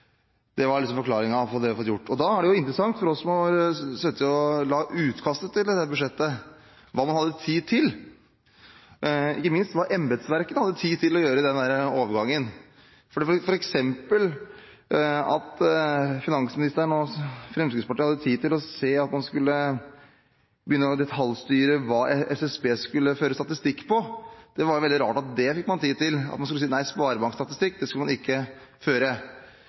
å se hva man hadde tid til, og ikke minst hva embetsverket hadde tid til å gjøre i den overgangen. Finansministeren og Fremskrittspartiet hadde f.eks. tid til å se på at man skulle begynne å detaljstyre hva SSB skulle føre statistikk over. Det er veldig rart at man fikk tid til det; at man skulle si nei, sparebankstatistikk, det skulle man ikke føre.